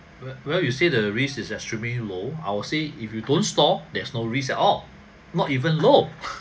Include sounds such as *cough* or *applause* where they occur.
but where you say that the risk is extremely low I'll say if you don't store there's no risk at all not even low *laughs*